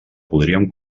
podríem